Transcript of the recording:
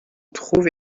trouve